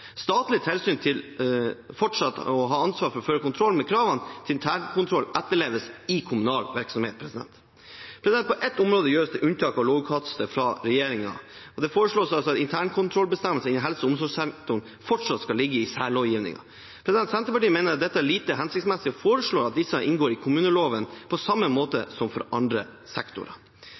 Statlige tilsyn vil fortsatt ha ansvar for å føre kontroll med at kravene til internkontroll etterleves i kommunal virksomhet. På ett område gjøres det unntak i lovutkastet fra regjeringen. Det foreslås at internkontrollbestemmelsene innen helse- og omsorgssektoren fortsatt skal ligge i særlovgivningen. Senterpartiet mener at dette er lite hensiktsmessig og foreslår at disse inngår i kommuneloven på samme måte som for andre